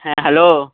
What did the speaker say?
হ্যাঁ হ্যালো